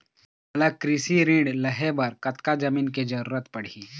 मोला कृषि ऋण लहे बर कतका जमीन के जरूरत पड़ही?